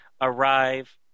arrive